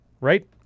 Right